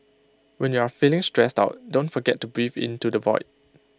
when you are feeling stressed out don't forget to breathe into the void